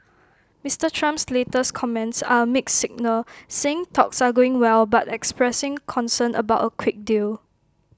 Mister Trump's latest comments are A mixed signal saying talks are going well but expressing concern about A quick deal